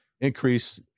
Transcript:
increase